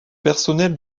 personnel